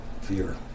fear